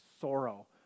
sorrow